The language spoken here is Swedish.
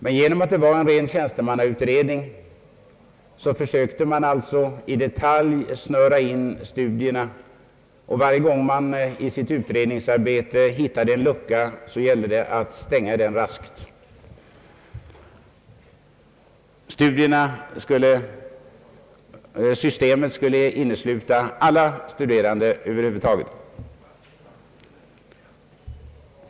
Men eftersom det var en ren tjänstemannautredning försökte man i detalj snöra in studierna. Varje gång man i sitt utredningsarbete hittade en lucka gällde det att stänga den raskt. Systemet skulle innesluta alla studerande över huvud taget.